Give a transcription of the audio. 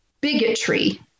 bigotry